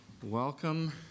Welcome